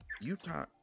utah